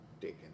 taken